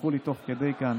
שלחו לי תוך כדי כאן